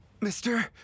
mister